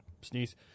Sneeze